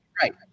Right